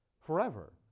forever